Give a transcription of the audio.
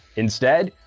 instead,